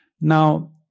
Now